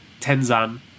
Tenzan